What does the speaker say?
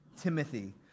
Timothy